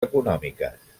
econòmiques